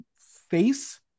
face